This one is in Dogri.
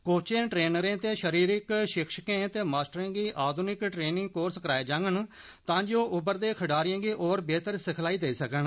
कोचें ट्रेनरें ते शरीरिक शिक्षकें ते मास्टरें गी आधुनिक ट्रेनिंग कोर्स कराए जांगन तां जे ओ उभरदे खडारियें गी होर बेहतर सिखलाई देई सकन